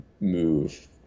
move